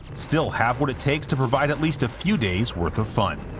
still have what it takes to provide at least a few days worth of fun.